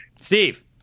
Steve